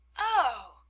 oh!